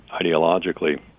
ideologically